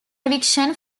eviction